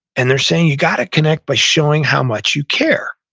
and they're saying you got to connect by showing how much you care.